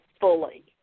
fully